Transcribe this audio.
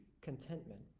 contentment